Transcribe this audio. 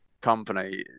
company